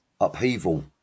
upheaval